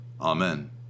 amen